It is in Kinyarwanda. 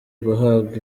guhabwa